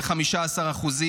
ב-15%,